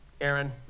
Aaron